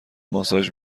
ماساژ